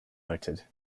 noted